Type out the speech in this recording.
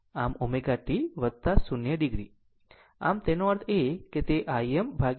આમ ω t 0o o આમ તેનો અર્થ એ કે તે Im √ 2 0 છે